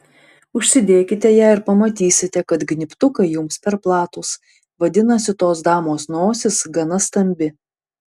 užsidėkite ją ir pamatysite kad gnybtukai jums per platūs vadinasi tos damos nosis gana stambi